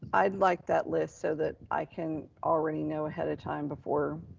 i'd like that list so that i can already know ahead of time before,